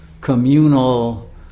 communal